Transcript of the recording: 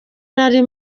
nari